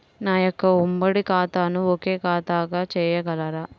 నా యొక్క ఉమ్మడి ఖాతాను ఒకే ఖాతాగా చేయగలరా?